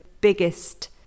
biggest